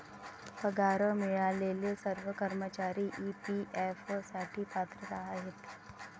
पगार मिळालेले सर्व कर्मचारी ई.पी.एफ साठी पात्र आहेत